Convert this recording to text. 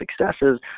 successes